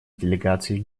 делегацией